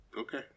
Okay